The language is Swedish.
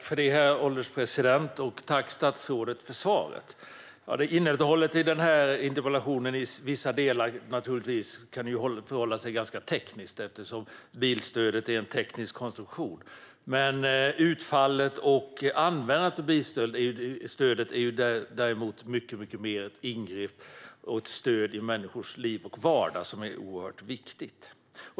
Herr ålderspresident! Tack, statsrådet, för svaret! Innehållet i interpellationen är i vissa delar ganska tekniskt, eftersom bilstödet är en teknisk konstruktion. Men utfallet och användandet av bilstödet är ett stöd i människors liv och vardag som är oerhört viktigt.